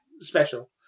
special